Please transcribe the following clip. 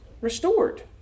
restored